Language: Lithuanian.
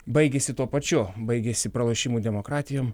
baigiasi tuo pačiu baigėsi pralošimu demokratijom